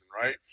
right